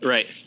Right